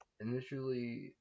Initially